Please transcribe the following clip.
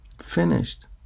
finished